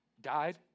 died